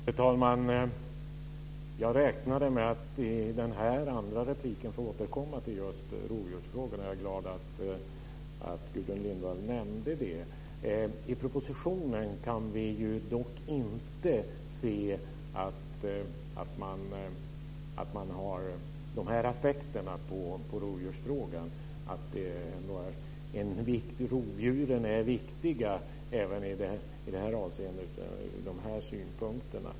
Fru talman! Jag räknade med att i denna andra replik få återkomma till rovdjursfrågorna. Jag är glad att Gudrun Lindvall nämnde det. I propositionen kan vi dock inte se att man har de här aspekterna på rovdjursfrågan, att rovdjuren är viktiga även i det här avseendet.